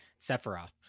Sephiroth